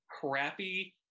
crappy